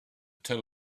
tell